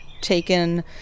taken